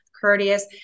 courteous